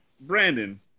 Brandon